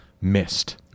missed